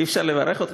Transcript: אי-אפשר לברך אתכם?